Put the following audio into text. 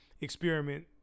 experiment